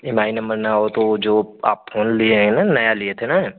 M I number ना हो तो वो जो आप फोन लिए हैं ना नया लिए थे ना